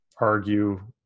argue